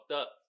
up